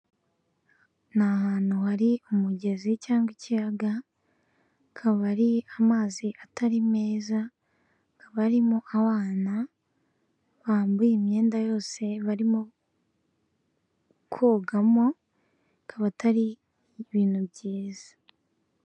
Ni ahantu hari umugezi cyangwa ikiyaga, hakaba hari amazi atari meza, hakaba harimo abana bambuye imyenda yose barimo kogamo akaba atari ibintu byiza.